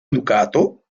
educato